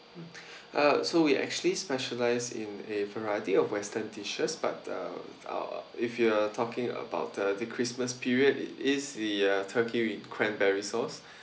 uh so we actually specialise in a variety of western dishes but uh uh if you are talking about the the christmas period it is uh turkey with cranberry sauce